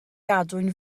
gadwyn